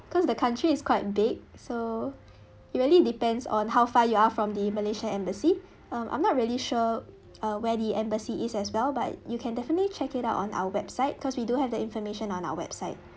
because the country is quite big so it really depends on how far you are from the malaysian embassy um I'm not really sure where the embassy is as well but you can definitely check it out on our website because we do have the information on our website